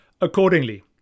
Accordingly